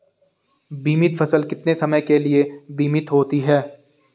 बीमित फसल कितने समय के लिए बीमित होती है?